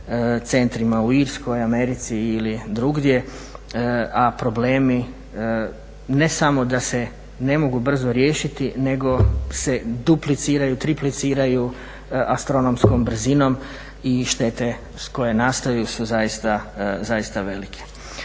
centrima u Irskoj, Americi ili drugdje, a problemi ne samo da se ne mogu brzo riješiti nego se dupliciraju, tripliciraju astronomskom brzinom i štete koje nastaju su zaista velike.